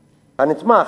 הנתמך,